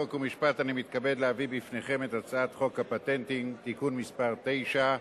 חוק ומשפט אני מתכבד להביא בפניכם את הצעת חוק הפטנטים (תיקון מס' 9),